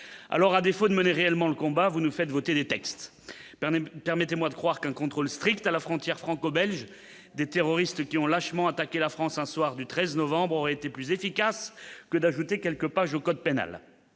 alors à défaut de mener réellement le combat, vous nous faites voter des textes, permettez-moi de croire qu'un contrôle strict à la frontière franco-belge des terroristes qui ont lâchement attaqué la France un soir du 13 novembre aurait été plus efficace que d'ajouter quelques pages au code pénal,